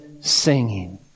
singing